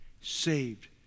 saved